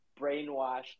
brainwashed